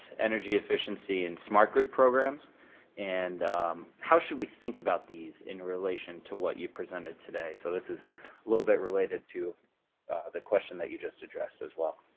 energy efficiency, and smart-grid programs and how should we think about these in relation to what you presented today? so this is a little bit related to the question that you just addressed as well.